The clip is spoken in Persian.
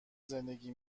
زندگی